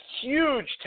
huge